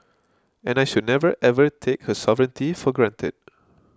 and I should never ever take her sovereignty for granted